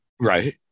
Right